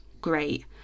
great